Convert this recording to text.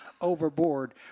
overboard